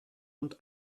und